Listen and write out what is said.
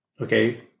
okay